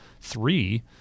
three